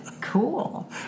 Cool